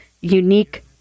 unique